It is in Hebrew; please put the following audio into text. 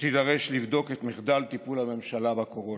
שתידרש לבדוק את מחדל טיפול הממשלה בקורונה.